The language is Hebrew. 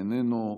איננו,